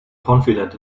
confident